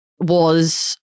was-